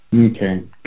Okay